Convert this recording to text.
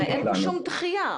אין פה שום דחייה.